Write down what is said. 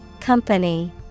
Company